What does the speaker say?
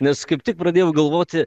nes kaip tik pradėjau galvoti